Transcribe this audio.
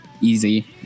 easy